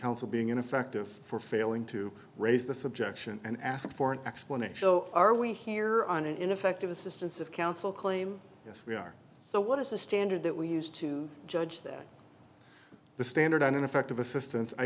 counsel being ineffective for failing to raise the subject and ask for an explanation so are we here on ineffective assistance of counsel claim yes we are so what is the standard that we use to judge that the standard on ineffective